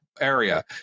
area